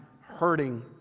hurting